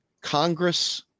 Congress